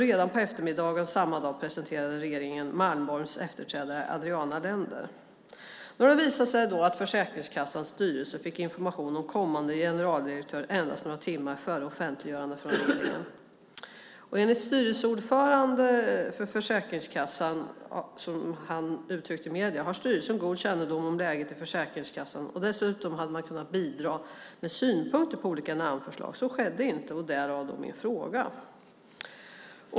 Redan på eftermiddagen samma dag presenterade regeringen Malmborgs efterträdare, Adriana Lender. Nu har det visat sig att Försäkringskassans styrelse fick information om kommande generaldirektör endast några timmar före offentliggörandet från regeringen. Enligt styrelseordföranden för Försäkringskassan, som han uttryckt detta i medierna, har styrelsen god kännedom om läget i Försäkringskassan. Dessutom hade man kunnat bidra med synpunkter på olika namnförslag. Så skedde inte, därav min fråga.